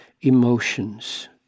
emotions